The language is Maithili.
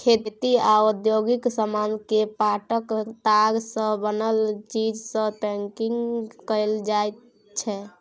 खेती आ औद्योगिक समान केँ पाटक ताग सँ बनल चीज सँ पैंकिग कएल जाइत छै